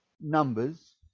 numbers